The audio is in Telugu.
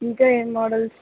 ఇంకా ఏం మోడల్స్